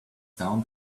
down